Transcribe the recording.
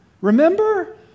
Remember